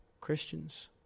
Christians